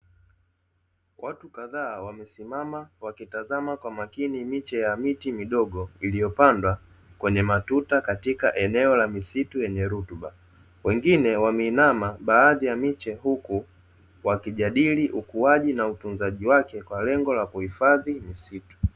Watu kadhaa wamesimama wakitazama kwa makini miche ya miti midogo, iliyopandwa kwenye matuta katika eneo la misitu yenye rutuba, wengine wameinama baadhi ya miche huku wakijadili ukuaji na utunzaji wake kwa lengo la kuhifadhi misitu.